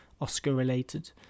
Oscar-related